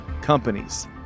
companies